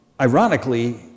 Ironically